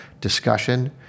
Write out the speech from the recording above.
discussion